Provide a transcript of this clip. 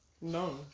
No